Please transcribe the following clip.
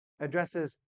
addresses